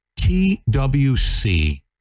TWC